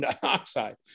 dioxide